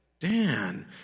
Dan